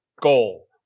goal